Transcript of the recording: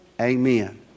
Amen